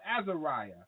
Azariah